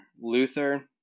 Luther